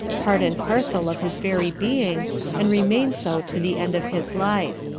part and parcel of his very being and remain so to the end of his life.